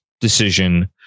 decision